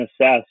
assess